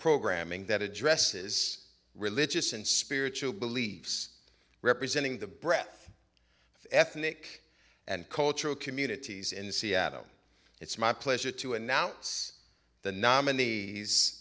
programming that addresses religious and spiritual beliefs representing the breath ethnic and cultural communities in seattle it's my pleasure to announce the nominees